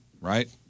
Right